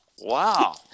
Wow